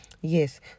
Yes